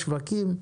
שווקים,